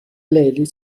لیلی